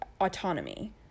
autonomy